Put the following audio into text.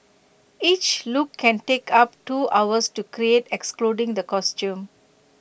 each look can take up two hours to create excluding the costume